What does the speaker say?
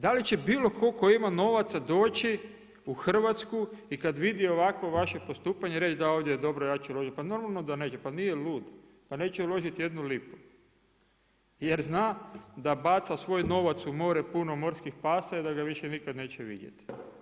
Da li će bilo tko tko ima novaca doći u Hrvatsku i kada vidi ovako vaše postupanje reći da ovdje je dobro ja ću uložiti, pa normalno da neće, pa nije lud, pa neće uložiti jednu lipu jer zna da baca svoj novac u more puno morskih pasa i da ga više nikada neće vidjeti.